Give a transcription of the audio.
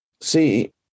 see